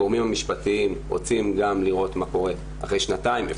הגורמים המשפטיים רוצים גם לראות מה קורה אחרי שנתיים.